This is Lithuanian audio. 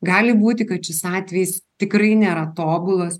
gali būti kad šis atvejis tikrai nėra tobulas